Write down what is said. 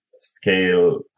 scale